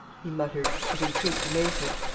he muttered, with increased amazement.